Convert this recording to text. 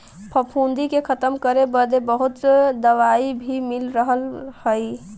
फफूंदी के खतम करे बदे बहुत दवाई भी मिल रहल हई